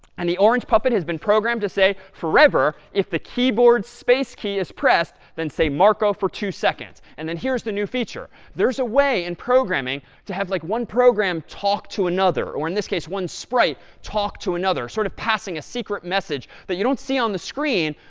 and the orange puppet has been programmed to say forever, if the keyboard's space key is pressed, then say marco for two seconds. and then here's the new feature. there's a way in programming to have, like, one program talk to another, or in this case, one sprite talk to another. sort of passing a secret message that you don't see on the screen.